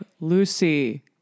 Lucy